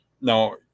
Now